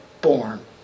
born